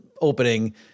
opening